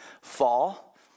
Fall